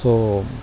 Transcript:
so